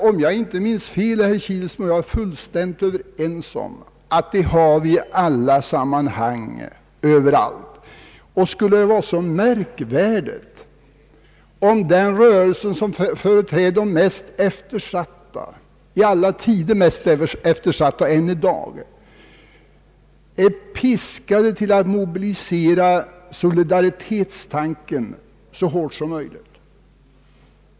Om jag inte har fel, är herr Kilsmo och jag fullständigt överens om att sådant förekommer i alla sammanhang, överallt. Skulle det vara så märkvärdigt, om man inom den rörelse som företräder de i alla tider och även i dag mest eftersatta är piskad till att mobilisera upp solidaritetstanken så hårt som möjligt?